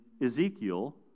Ezekiel